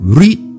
read